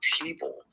people